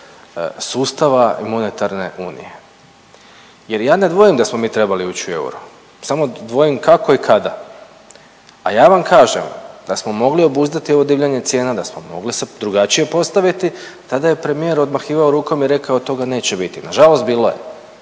sustava i monetarne unije jer ja ne dvojim da smo mi trebali ući u euro samo dvojim kako i kada, a ja vam kažem da smo mogli obuzdati ovo divljanje cijena, da smo mogli se drugačije postaviti, tada je premijer odmahivao rukom i rekao toga neće biti, nažalost bilo je